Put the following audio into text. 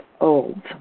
old